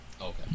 Okay